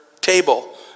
table